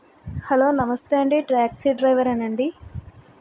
hello namaste అండి taxi డ్రైవర్యేనా అండి